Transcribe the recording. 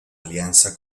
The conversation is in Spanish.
alianza